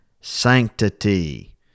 sanctity